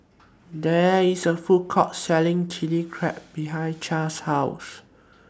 There IS A Food Court Selling Chilli Crab behind Chaz's House